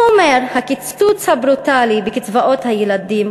הוא אומר: הקיצוץ הברוטלי בקצבאות הילדים